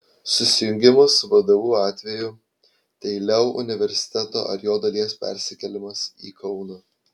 susijungimo su vdu atveju tai leu universiteto ar jo dalies persikėlimas į kauną